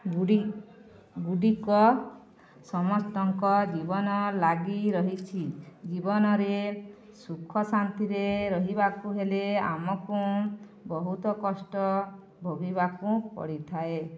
ଗୁଡ଼ି ଗୁଡ଼ିକ ସମସ୍ତଙ୍କ ଜୀବନ ଲାଗି ରହିଛି ଜୀବନରେ ସୁଖ ଶାନ୍ତିରେ ରହିବାକୁ ହେଲେ ଆମକୁ ବହୁତ କଷ୍ଟ ଭୋଗିବାକୁ ପଡ଼ିଥାଏ